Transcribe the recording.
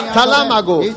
Talamago